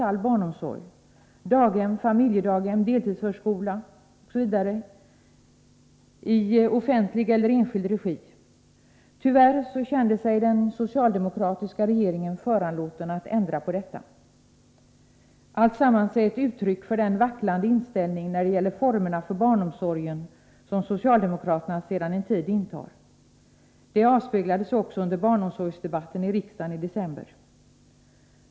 all barnomsorg: daghem, familjedaghem, deltidsförskola osv. i offentlig eller enskild regi. Tyvärr kände sig den socialdemokratiska regeringen föranlåten att ändra på detta. Alltsammans är ett uttryck för den vacklande inställning när det gäller formerna för barnomsorgen som socialdemokraterna sedan en tid intar. Det avspeglade sig också under barnomsorgsdebatten i riksdagen i december.